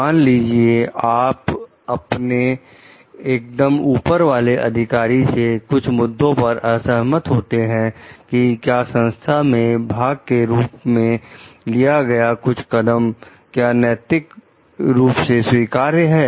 मान लीजिए आप अपने एकदम ऊपर वाले अधिकारी से इस मुद्दे पर असहमत होते हैं की क्या संस्था के भाग के रूप में लिए गए कुछ कदम क्या नैतिक रूप से स्वीकार्य हैं